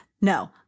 No